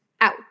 out